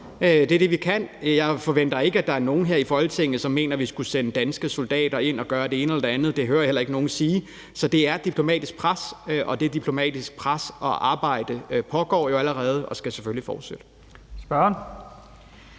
Det er det, vi kan gøre. Jeg forventer ikke, at der er nogen her i Folketinget, som mener, at vi skulle sende danske soldater ind at gøre det ene eller det andet. Det hører jeg heller ikke nogen sige. Så det handler om et diplomatisk pres, og det diplomatiske pres og arbejde pågår jo allerede og skal selvfølgelig fortsætte. Kl.